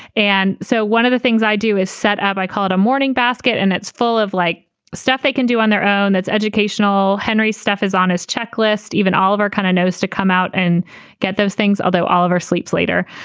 and so one of the things i do is set up. i call it a morning basket and it's full of like stuff they can do on their own. it's educational. henry steff is on his checklist. even all of our kind of notes to come out and get those things, although oliver sleeps later,